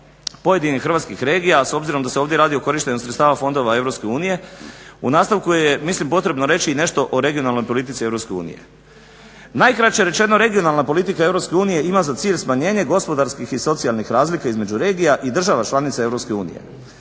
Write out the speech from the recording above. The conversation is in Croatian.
pojedinih hrvatskih regija, a s obzirom da se ovdje radi o korištenju sredstava fondova Europske unije u nastavku je mislim potrebno reći i nešto o regionalnoj politici Europske unije. Najkraće rečeno, regionalna politika Europske unije ima za cilj smanjenje gospodarskih i socijalnih razlika između regija i država članica